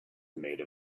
made